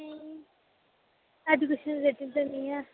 education दे ते नेईं ऐ